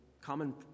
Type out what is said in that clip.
common